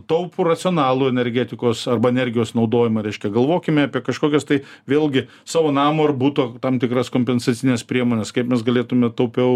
taupų racionalų energetikos arba energijos naudojimą reiškia galvokime apie kažkokias tai vėlgi savo namo ar buto tam tikras kompensacines priemones kaip mes galėtume taupiau